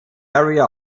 area